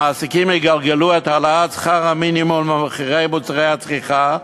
המעסיקים יגלגלו את העלאת שכר המינימום על מחירי מוצרי הצריכה,